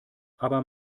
aber